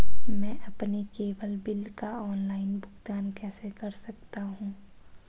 मैं अपने cable bill का ऑनलाइन भुगतान कैसे कर सकता हूं?